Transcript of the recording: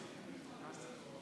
נא לסיים.